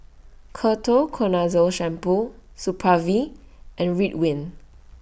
Ketoconazole Shampoo Supravit and Ridwind